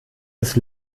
des